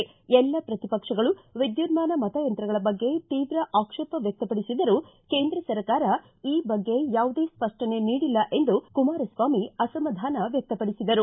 ಎಲ್ಲ ಶ್ರತಿ ಪಕ್ಷಗಳು ವಿದ್ಯುನ್ನಾನ ಮತ ಯಂತ್ರಗಳ ಬಗ್ಗೆ ತೀವ್ರ ಆಕ್ಷೇಪ ವ್ಯಕ್ತಪಡಿಸಿದರೂ ಕೇಂದ್ರ ಸರ್ಕಾರ ಈ ಬಗ್ಗೆ ಯಾವುದೇ ಸ್ವಷ್ಟನೆ ನೀಡಿಲ್ಲ ಎಂದು ಕುಮಾರಸ್ವಾಮಿ ಅಸಮಾಧಾನ ವ್ಯಕ್ತ ಪಡಿಸಿದರು